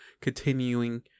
continuing